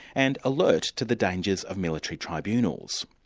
and alert to the dangers of military tribunals.